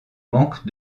manque